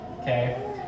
Okay